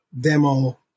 demo